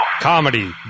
Comedy